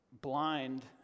blind